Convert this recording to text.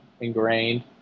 ingrained